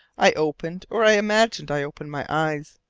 i opened or i imagined i opened my eyes.